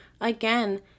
Again